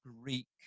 Greek